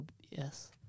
yes